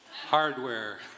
hardware